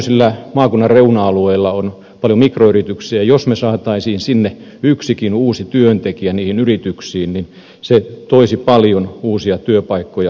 tämmöisillä maakunnan reuna alueilla on paljon mikroyrityksiä ja jos me saisimme sinne yhdenkin uuden työntekijän niihin yrityksiin niin se toisi paljon uusia pysyviä työpaikkoja